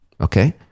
okay